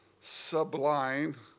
sublime